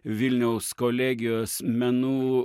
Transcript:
vilniaus kolegijos menų